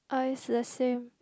I is the same